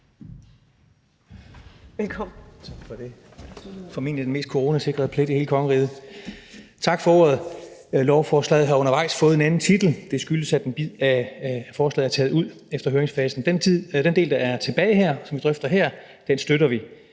hr. Henrik Vinther. Kl. 19:25 (Ordfører) Henrik Vinther (RV): Tak for ordet. Lovforslaget har undervejs fået en anden titel. Det skyldes, at en bid af forslaget er taget ud efter høringsfasen. Den del, der er tilbage, og som vi drøfter her, støtter vi.